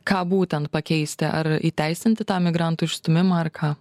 ką būtent pakeisti ar įteisinti tą migrantų išstūmimą ar ką